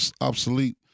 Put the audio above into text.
obsolete